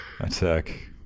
attack